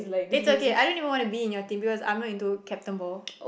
it's okay I don't even wanna be in your team because I'm not into Captain Ball